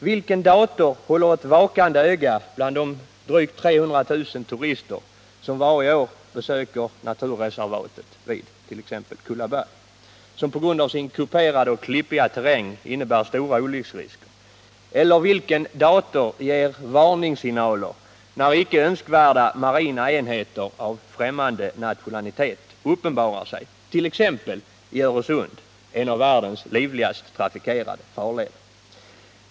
Vilken dator håller t.ex. ett vakande öga bland de drygt 300 000 turister som varje år besöker naturreservatet vid Kullaberg och som på grund av detta områdes kuperade och klippiga terräng löper stora olycksrisker? Eller vilken dator ger varningssignaler när inte önskvärda marina enheter av främmande nationalitet uppenbarar sig t.ex. i Öresund, en av världens livligast trafikerade farleder?